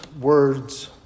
words